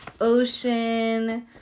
ocean